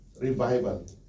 revival